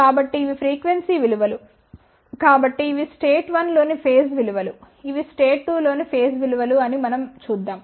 కాబట్టి ఇవి ఫ్రీక్వెన్సీ విలువలు కాబట్టి ఇవి స్టేట్ 1 లోని ఫేజ్ విలువలు ఇవి స్టేట్ 2 లోని ఫేజ్ విలువలు అని మనం చూద్దాం